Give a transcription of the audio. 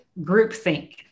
groupthink